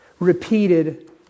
repeated